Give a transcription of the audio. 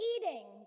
Eating